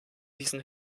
diesen